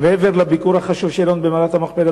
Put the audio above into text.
ומעבר לביקור החשוב שלנו במערת המכפלה,